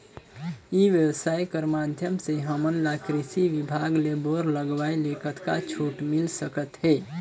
ई व्यवसाय कर माध्यम से हमन ला कृषि विभाग ले बोर लगवाए ले कतका छूट मिल सकत हे?